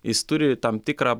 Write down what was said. jis turi tam tikrą